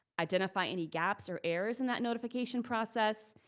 identify any gaps or errors in that notification process,